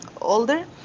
older